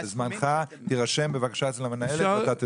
בזמנך, תירשם בבקשה אצל המנהלת ואתה תדבר.